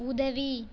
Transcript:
உதவி